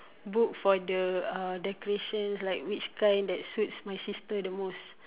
book for the uh decorations like which kind that suits my sister the most